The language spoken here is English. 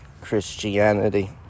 Christianity